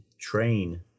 train